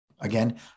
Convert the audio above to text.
again